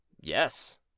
yes